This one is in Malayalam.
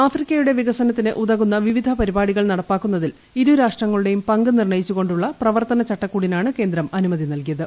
ആഫ്രിക്കയുടെ വികസനത്തിനും ഉതകുന്ന വിവിധ പരിപാടികൾ നടപ്പാക്കുന്നതിൽ ഇരു രാഷ്ട്രങ്ങളുടെയും പങ്ക് നിർണയിച്ച് കൊണ്ടുള്ള പ്രവർത്തനചട്ടക്കൂടിനാണ് കേന്ദ്രം അനുമതി നൽകിയത്